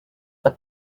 but